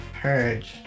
Purge